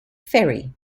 ferry